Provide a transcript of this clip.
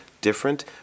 different